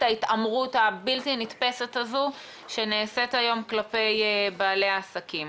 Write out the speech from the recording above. ההתעמרות הבלתי נתפסת הזו שנעשית היום כלפי בעלי העסקים.